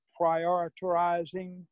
prioritizing